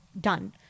done